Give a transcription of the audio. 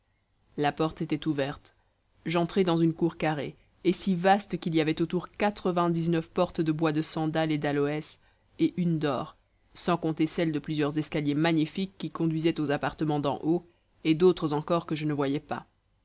la porte était ouverte j'entrai dans une cour carrée et si vaste qu'il y avait autour quatre-vingt-dix-neuf portes de bois de sandal et d'aloès et une d'or sans compter celles de plusieurs escaliers magnifiques qui conduisaient aux appartements d'en haut et d'autres encore que je ne voyais pas